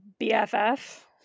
BFF